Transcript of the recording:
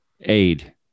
aid